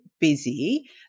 Busy